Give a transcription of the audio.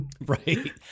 Right